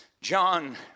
John